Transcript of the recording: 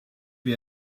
wie